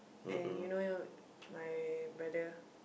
and you know you know my brother